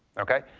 ok?